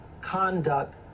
conduct